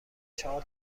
چهار